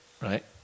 Right